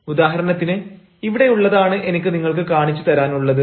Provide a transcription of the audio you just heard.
ഉദാഹരണത്തിന് ഇവിടെ ഉള്ളതാണ് എനിക്ക് നിങ്ങൾക്ക് കാണിച്ചു തരാനുള്ളത്